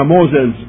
Moses